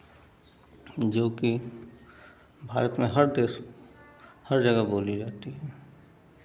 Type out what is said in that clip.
जोकि भारत में हर देश हर जगह बोली जाती है